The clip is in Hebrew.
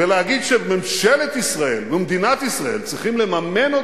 ולהגיד שממשלת ישראל ומדינת ישראל צריכות לממן אותם,